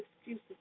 excuses